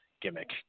gimmick